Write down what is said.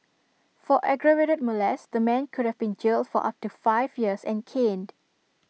for aggravated molest the man could have been jailed for up to five years and caned